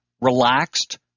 relaxed